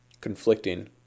conflicting